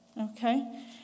Okay